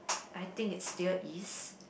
I think it still is